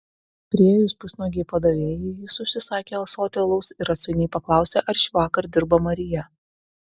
priėjus pusnuogei padavėjai jis užsisakė ąsotį alaus ir atsainiai paklausė ar šįvakar dirba marija